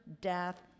death